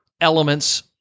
elements